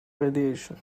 radiation